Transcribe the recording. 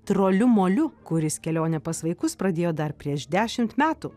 troliu moliu kuris kelionę pas vaikus pradėjo dar prieš dešimt metų